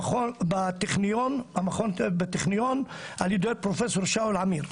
בטכניון על ידי פרופסור שאול אמיר.